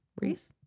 reese